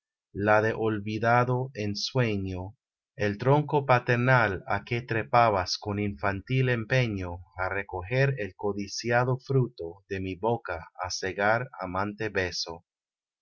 la de olvidado ensueño el tronco paternal á que trepabas con infantil empeño á recojer el codiciado fruto de mi boca á segar amante beso la